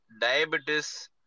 diabetes